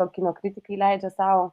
o kino kritikai leidžia sau